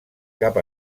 cap